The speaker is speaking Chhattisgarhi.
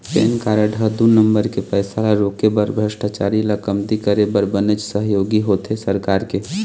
पेन कारड ह दू नंबर के पइसा ल रोके बर भस्टाचारी ल कमती करे बर बनेच सहयोगी होथे सरकार के